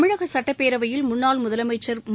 தமிழக சட்டப்பேரவையில் முன்னாள் முதலமைச்சா் மு